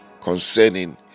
concerning